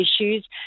issues